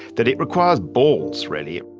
that it requires balls, really